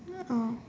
no